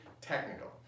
technical